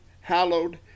hallowed